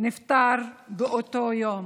בהתנכלות ובאלימות.